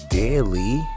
daily